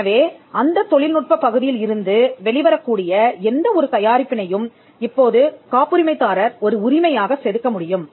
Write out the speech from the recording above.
எனவே அந்தத் தொழில்நுட்பப் பகுதியில் இருந்து வெளிவரக்கூடிய எந்த ஒரு தயாரிப்பினையும் இப்போது காப்புரிமைதாரர் ஒரு உரிமையாக செதுக்க முடியும்